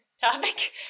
topic